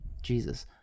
Jesus